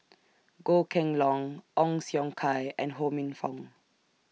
Goh Kheng Long Ong Siong Kai and Ho Minfong